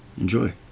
enjoy